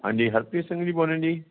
ਹਾਂਜੀ ਹਰਪ੍ਰੀਤ ਸਿੰਘ ਜੀ ਬੋਲ ਰਹੇ ਜੀ